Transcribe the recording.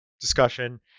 discussion